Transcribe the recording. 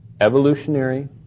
evolutionary